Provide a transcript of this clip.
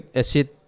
acid